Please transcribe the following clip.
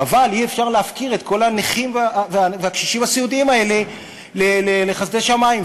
אבל אי-אפשר להפקיר את כל הנכים והקשישים הסיעודיים האלה לחסדי שמים.